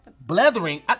blethering